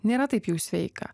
nėra taip jau sveika